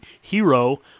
Hero